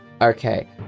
Okay